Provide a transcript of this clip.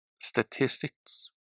statistics